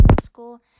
school